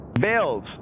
bills